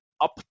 up